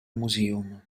museum